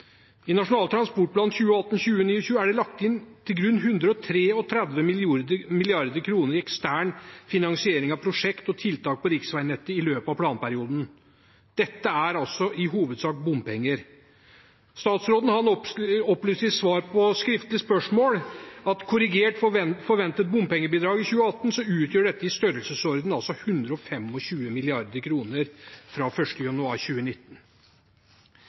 I Nasjonal transportplan 2018–2029 er det lagt til grunn 133 mrd. kr i ekstern finansiering av prosjekt og tiltak på riksveinettet i løpet av planperioden. Dette er i hovedsak bompenger. Statsråden opplyste i svar på skriftlig spørsmål at korrigert for forventet bompengebidrag i 2018 utgjør dette i størrelsesordenen 125 mrd. kr fra 1. januar 2019.